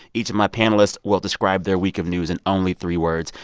each of my panelists will describe their week of news in only three words.